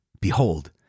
behold